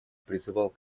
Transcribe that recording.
призывал